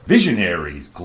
Visionaries